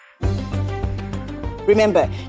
Remember